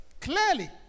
Clearly